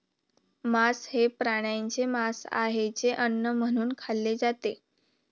मांस हे प्राण्यांचे मांस आहे जे अन्न म्हणून खाल्ले जाते